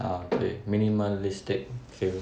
ah 对 minimalistic feel